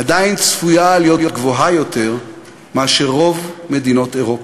עדיין צפויה להיות גבוהה יותר מאשר ברוב מדינות אירופה.